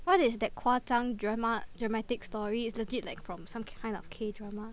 what is that 夸张 drama dramatic story is legit like from some kind of K drama